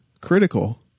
critical